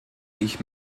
ich